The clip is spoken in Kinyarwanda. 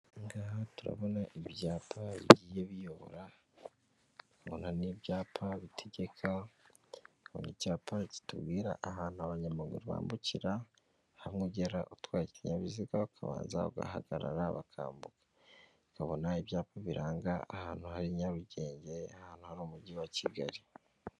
Aha ngaha turabona ibyapa bigiye biyobora, tukabona n'ibyapa bitegeka, tukabona icyapa kitubwira ahantu abanyamaguru bambukira, hamwe ugera utwaye ikinyabiziga ukabanza ugahagarara bakambuka, tukabona ibyapa biranga ahantu hari Nyarugenge, ahantu hari Umujyi wa Kigali.